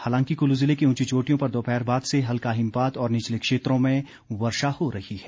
हालांकि कुल्लू जिले की ऊंची चोटियों पर दोपहर बाद से हल्का हिमपात और निचले क्षेत्रों में वर्षा हो रही है